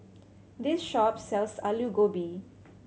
this shop sells Alu Gobi